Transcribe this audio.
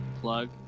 Plug